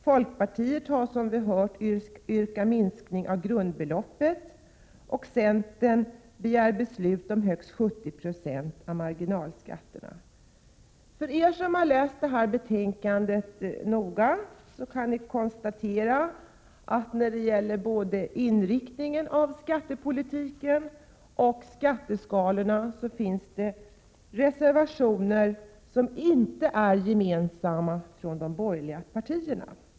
Folkpartiet har, som vi hört, yrkat på en minskning av grundbeloppet, och centern begär beslut om högst 70 26 marginalskatt. De som har läst betänkandet noga har kunnat konstatera att när det gäller både inriktningen av skattepolitiken och skatteskalorna finns det reservationer som inte är gemensamma för de borgerliga partierna.